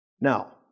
Now